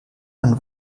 man